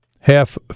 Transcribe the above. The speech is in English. half